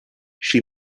she